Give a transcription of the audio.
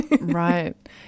Right